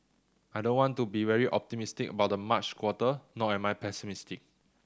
I don't want to be very optimistic about the March quarter nor am I pessimistic